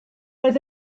oedd